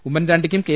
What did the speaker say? ഉമ്മൻചാണ്ടിക്കും K